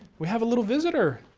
we have a little visitor.